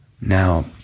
Now